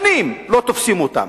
שנים לא תופסים אותם,